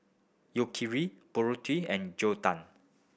Yakitori Burrito and Gyudon